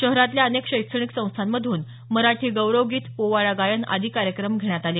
शहरातल्या अनेक शैक्षणिक संस्थांमधून मराठी गौरव गीत पोवाडा गायन आदी कार्यक्रम घेण्यात आले